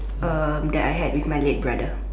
um that I had with my late brother